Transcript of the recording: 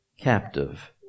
captive